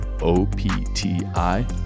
O-P-T-I